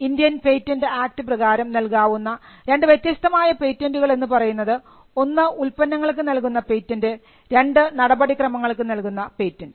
Indian patent act പ്രകാരം നൽകാവുന്ന രണ്ട് വ്യത്യസ്തമായ പേറ്റന്റുകൾ എന്നു പറയുന്നത് ഒന്ന് ഉൽപ്പന്നങ്ങൾക്ക് നൽകുന്ന പേറ്റന്റ് രണ്ട് നടപടിക്രമങ്ങൾക്ക് നൽകുന്ന പേറ്റന്റ്